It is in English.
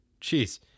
Jeez